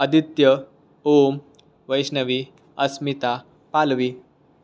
आदित्य ओम वैष्णवी अस्मिता पालवी